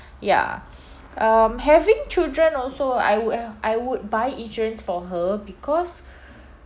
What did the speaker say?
ya um having children also I would ha~ I would buy insurance for her because